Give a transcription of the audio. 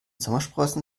sommersprossen